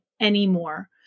anymore